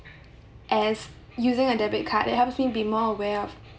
as using a debit card it helps me be more aware of